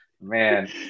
man